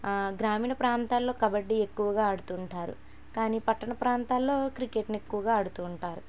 గ్రామీణ ప్రాంతాలలో కబడ్డీ ఎక్కువగా ఆడుతు ఉంటారు కానీ పట్టణ ప్రాంతాలలో క్రికెట్ని ఎక్కువగా ఆడుతు ఉంటారు